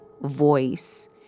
voice